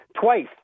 twice